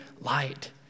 light